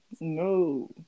No